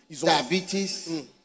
diabetes